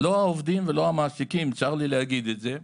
לא העובדים ולא המעסיקים, צר לי להגיד את זה.